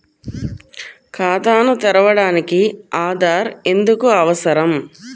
ఖాతాను తెరవడానికి ఆధార్ ఎందుకు అవసరం?